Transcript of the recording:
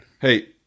Hey